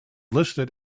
listed